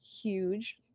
huge